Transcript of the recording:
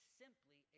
simply